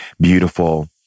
beautiful